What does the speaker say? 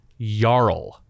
Yarl